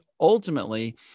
ultimately